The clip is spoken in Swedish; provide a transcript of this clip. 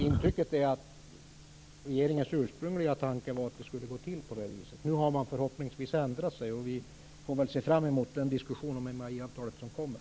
Intrycket är att regeringens ursprungliga tanke var att det skulle gå till på det viset. Nu har man förhoppningsvis ändrat sig. Vi får väl se fram mot den diskussion om MAI-avtalet som kommer.